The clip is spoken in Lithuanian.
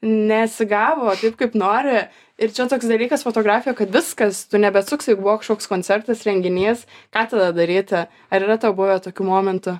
nesigavo taip kaip nori ir čia toks dalykas fotografija kad viskas tu nebeatsuksi jeigu buvo kažkoks koncertas renginys ką tada daryti ar yra buvę tokių momentų